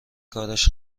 کارش